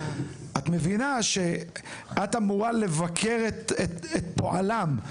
את מבינה שאת אמורה לבקר את פועלם.